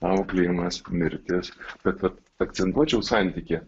auklėjimas mirtis bet vat akcentuočiau santykį